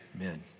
Amen